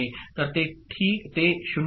तर ते 0 आहे